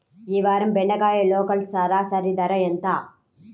ఈ వారం బెండకాయ లోకల్ సరాసరి ధర ఎంత?